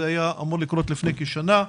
זה היה אמור לקרות לפני כשנה.